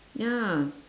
ya